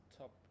top